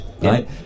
right